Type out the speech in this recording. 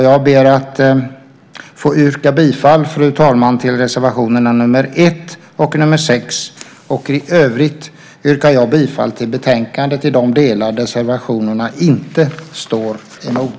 Jag ber att få yrka bifall till reservationerna nr 1 och nr 6 och i övrigt yrkar jag bifall till förslaget i betänkandet i de delar där reservationerna inte står emot.